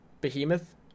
behemoth